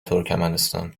ترکمنستان